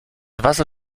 wasser